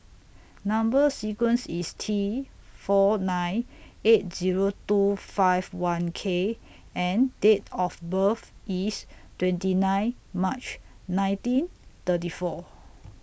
Number sequence IS T four nine eight Zero two five one K and Date of birth IS twenty nine March nineteen thirty four